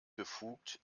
befugt